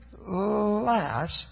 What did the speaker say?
last